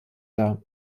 dar